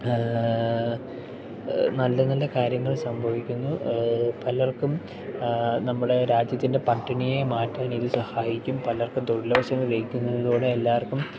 നല്ല നല്ല കാര്യങ്ങൾ സംഭവിക്കുന്നു പലർക്കും നമ്മുടെ രാജ്യത്തിൻ്റെ പട്ടിണിയെ മാറ്റാനിത് സഹായിക്കും പലർക്കും തൊഴിലവസരം ലഭിക്കുന്നതിലൂടെ എല്ലാവർക്കും